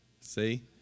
See